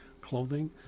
clothing